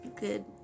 Good